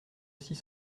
six